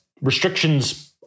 restrictions